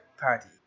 Party